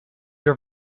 your